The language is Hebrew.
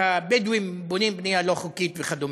שהבדואים בונים בנייה לא חוקית וכדומה.